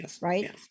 right